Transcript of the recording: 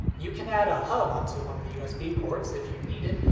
you can add a hub onto one of the usb ports if you needed,